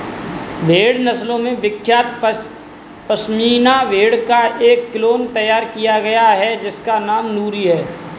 भेड़ नस्लों में विख्यात पश्मीना भेड़ का एक क्लोन तैयार किया गया है जिसका नाम नूरी है